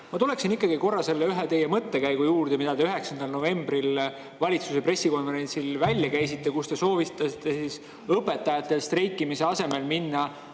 tuleksin ikkagi korra selle ühe teie mõttekäigu juurde, mille te 9. novembril valitsuse pressikonverentsil välja käisite, kus te soovitasite õpetajatel streikimise asemel minna